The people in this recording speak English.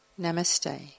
Namaste